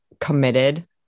committed